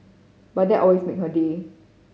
but that always make her day